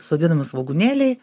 sodinami svogūnėliai